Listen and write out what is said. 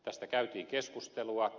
tästä käytiin keskustelua